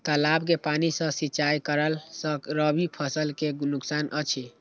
तालाब के पानी सँ सिंचाई करला स रबि फसल के नुकसान अछि?